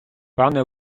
пане